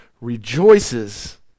rejoices